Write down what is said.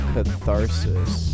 Catharsis